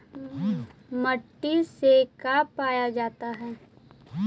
माटी से का पाया जाता है?